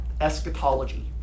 eschatology